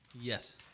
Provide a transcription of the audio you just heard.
Yes